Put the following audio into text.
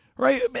Right